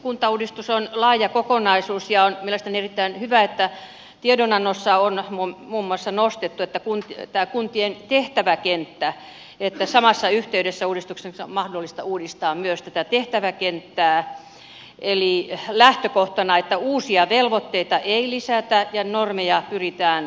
kuntauudistus on laaja kokonaisuus ja on mielestäni erittäin hyvä että tiedonannossa on muun muassa nostettu esiin kuntien tehtäväkenttä että samassa yhteydessä uudistuksessa on mahdollista uudistaa myös tehtäväkenttää eli lähtökohtana on että uusia velvoitteita ei lisätä ja normeja pyritään joustavoittamaan